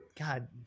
God